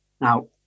Now